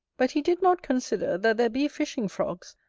but he did not consider, that there be fishing frogs,